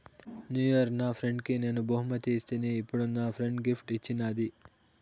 new year నా ఫ్రెండ్కి నేను బహుమతి ఇస్తిని, ఇప్పుడు నా ఫ్రెండ్ గిఫ్ట్ ఇచ్చిన్నాది